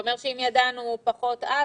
זה אומר שאם ידענו פחות אז,